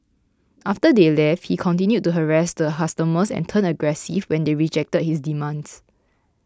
after they left he continued to harass the customers and turned aggressive when they rejected his demands